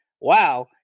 Wow